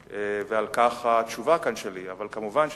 ועל כך התשובה כאן שלי, אבל כמובן אשמח,